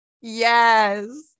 Yes